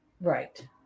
Right